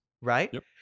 right